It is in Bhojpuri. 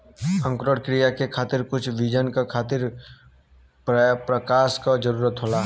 अंकुरण क्रिया के खातिर कुछ बीजन के खातिर प्रकाश क जरूरत होला